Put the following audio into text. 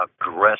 aggressive